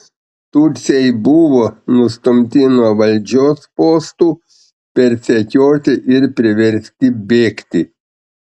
tutsiai buvo nustumti nuo valdžios postų persekioti ir priversti bėgti